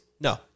No